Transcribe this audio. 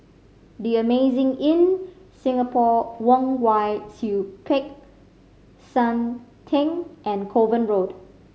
The Amazing Inn Singapore Kwong Wai Siew Peck San Theng and Kovan Road